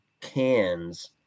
cans